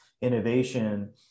innovation